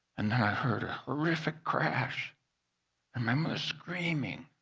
and then i heard a horrific crash and my mother screaming.